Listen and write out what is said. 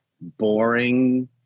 boring